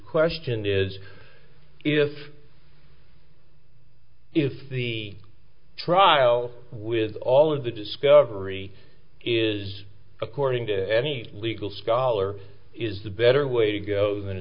question is if if the trial with all of the discovery is according to any legal scholar is the better way